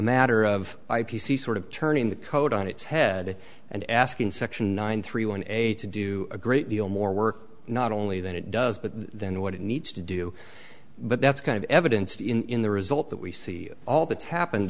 matter of i p c sort of turning the code on its head and asking section nine three one eight to do a great deal more work not only that it does but then what it needs to do but that's kind of evidence in the result that we see all th